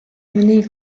mené